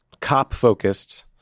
COP-focused